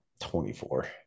24